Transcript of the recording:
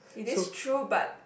it is true but